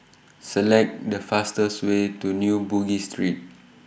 Select The fastest Way to New Bugis Street